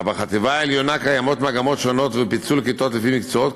אך בחטיבה העליונה קיימות מגמות שונות ופיצול כיתות לפי מקצועות,